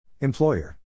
Employer